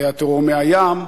היה טרור מהים,